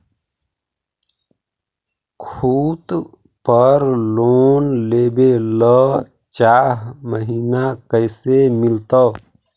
खूत पर लोन लेबे ल चाह महिना कैसे मिलतै?